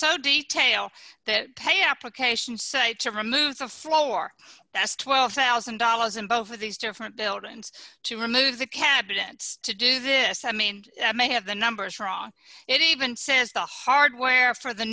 so detail the pay application site to remove a floor that's twelve thousand dollars in both of these different buildings to remove the cabinets to do this i mean they have the numbers wrong it even says the hardware for the